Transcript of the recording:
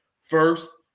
first